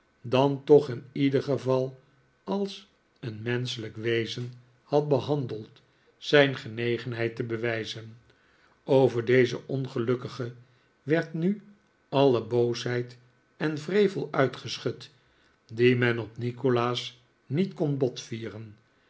dan toch in ieder geval als een menschelijk wezen had behandeld zijn genegenheid te bewijzen over dezen ongelukkige werd nu alle boosheid en wrevel uitgeschud die men op nikolaas niet kon botvieren